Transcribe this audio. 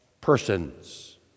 persons